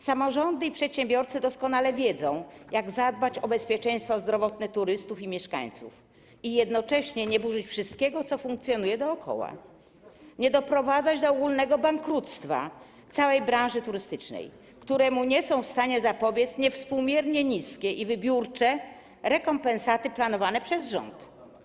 Samorządy i przedsiębiorcy doskonale wiedzą, jak zadbać o bezpieczeństwo zdrowotne turystów i mieszkańców i jednocześnie nie burzyć wszystkiego, co funkcjonuje dookoła, nie doprowadzać do ogólnego bankructwa całej branży turystycznej, któremu nie są w stanie zapobiec niewspółmiernie niskie i wybiórcze rekompensaty planowane przez rząd.